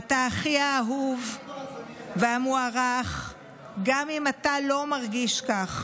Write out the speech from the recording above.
אתה אחי האהוב והמוערך גם אם אתה לא מרגיש כך.